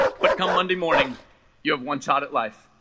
but come monday morning you have one shot at life